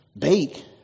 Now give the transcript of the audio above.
bake